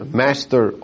master